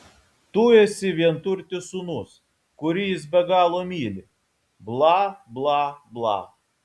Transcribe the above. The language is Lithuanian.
tu esi vienturtis sūnus kurį jis be galo myli bla bla bla